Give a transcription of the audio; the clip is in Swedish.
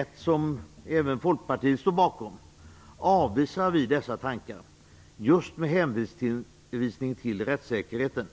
1 som även Folkpartiet står bakom avvisar vi dessa tankar, just med hänvisning till rättssäkerheten.